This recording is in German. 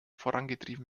vorangetrieben